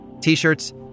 T-shirts